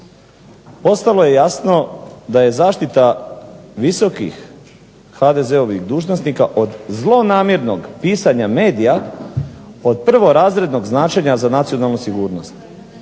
postalo je jasno da je zaštita visokih HDZ-ovih dužnosnika od zlonamjernog pisanja medija od prvorazrednog značenja za nacionalnu sigurnost,